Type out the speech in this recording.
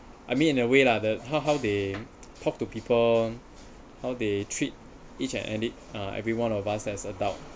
I mean in a way lah that how how they talk to people how they treat each and at it uh everyone of us as adult